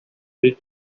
freak